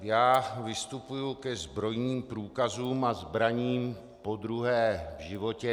Já vystupuji ke zbrojním průkazům a zbraním podruhé v životě.